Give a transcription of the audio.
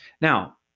Now